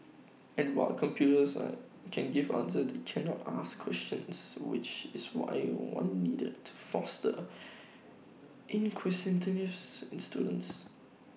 and while computers are can give answers they cannot ask questions which is why one needed to foster inquisitiveness in students